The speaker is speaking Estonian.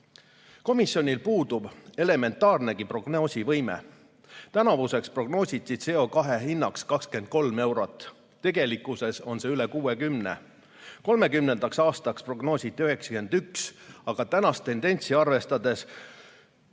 sotsid. Komisjonil puudub elementaarnegi prognoosivõime. Tänavuseks prognoositi CO2hinnaks 23 eurot, tegelikkuses on see üle 60 euro. 2030. aastaks prognoositi 91, aga tänast tendentsi arvestades